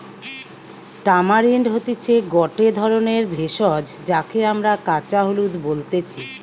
tamarind হতিছে গটে ধরণের ভেষজ যাকে আমরা কাঁচা হলুদ বলতেছি